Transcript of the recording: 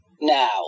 Now